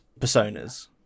personas